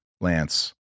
Lance